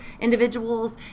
individuals